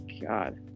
god